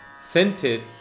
scented